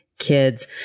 kids